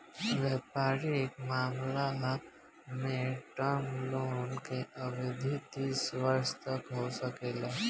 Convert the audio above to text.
वयपारिक मामलन में टर्म लोन के अवधि तीस वर्ष तक हो सकेला